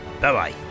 Bye-bye